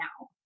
now